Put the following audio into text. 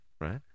right